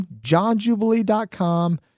Johnjubilee.com